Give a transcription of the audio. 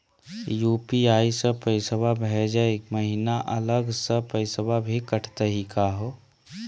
UPI स पैसवा भेजै महिना अलग स पैसवा भी कटतही का हो?